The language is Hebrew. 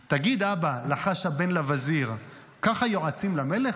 תגיד, אבא, לחש הבן לווזיר, ככה יועצים למלך?